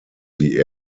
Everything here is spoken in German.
sie